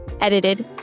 edited